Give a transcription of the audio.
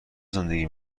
زندگی